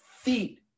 feet